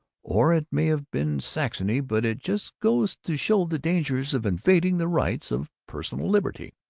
or it may have been saxony. but it just goes to show the dangers of invading the rights of personal liberty.